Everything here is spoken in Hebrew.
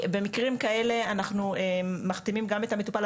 במקרים כאלה אנחנו מחתימים גם את המטופל,